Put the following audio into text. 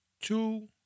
two